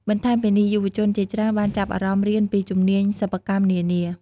បន្ថែមពីនេះ យុវជនជាច្រើនបានចាប់អារម្មណ៍រៀនពីជំនាញសិប្បកម្មនានា។